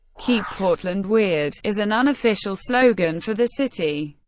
keep portland weird is an unofficial slogan for the city.